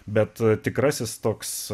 bet tikrasis toks